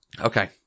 Okay